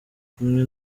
kumwe